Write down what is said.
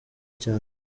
cyane